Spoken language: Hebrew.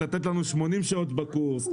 לתת לנו 80 שעות בקורס,